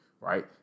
right